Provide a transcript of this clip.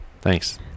Thanks